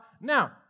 Now